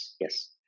Yes